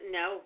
no